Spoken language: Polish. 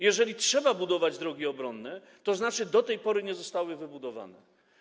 Jeżeli trzeba budować drogi obronne, to znaczy, że do tej pory nie zostały wybudowane.